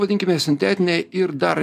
vadinkime sintetiniai ir dar